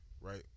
right